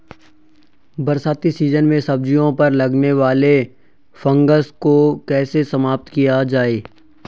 बरसाती सीजन में सब्जियों पर लगने वाले फंगस को कैसे समाप्त किया जाए?